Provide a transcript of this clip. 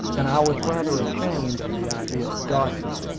and i was rather ashamed of the idea of dodging him.